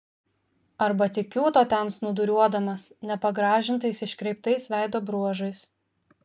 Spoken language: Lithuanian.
arba tik kiūto ten snūduriuodamas nepagražintais iškreiptais veido bruožais